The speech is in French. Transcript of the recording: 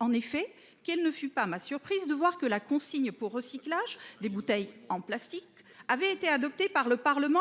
En effet, quelle ne fut pas ma surprise de découvrir que la consigne pour recyclage des bouteilles en plastique avait été adoptée par le Parlement,